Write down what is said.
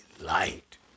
Light